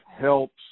helps